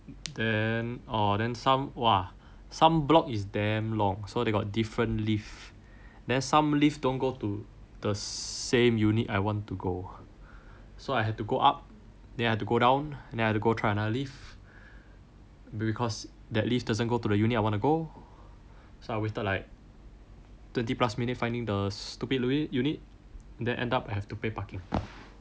then orh then some !wah! some block is damn long so they got different lift then some lift don't go to the same unit I want to go so I had to go up then I had to go down then I had to go try another lift maybe because cause that lift doesn't go to the unit I want to go so I waited like twenty plus minutes finding the stupid uni~ unit then end up have to pay parking